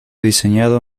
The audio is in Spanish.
diseñado